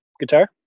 guitar